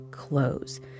clothes